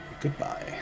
Goodbye